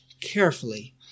carefully